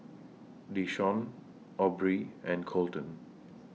Desean Aubree and Colten